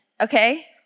okay